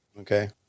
okay